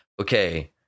okay